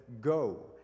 go